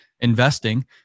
Investing